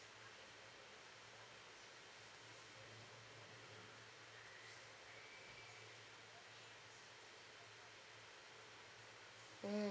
mm